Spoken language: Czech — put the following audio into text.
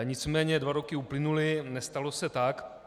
Nicméně dva roky uplynuly, nestalo se tak.